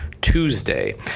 Tuesday